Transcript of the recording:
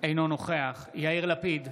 אינו נוכח יאיר לפיד,